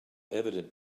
evident